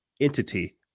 entity